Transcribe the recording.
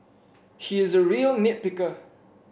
he is a real nit picker